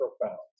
profound